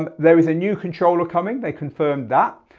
and there is a new controller coming, they confirmed that.